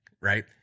right